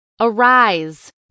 Arise